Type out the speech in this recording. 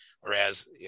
Whereas